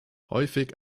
häufig